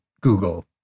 Google